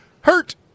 Hurt